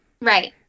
Right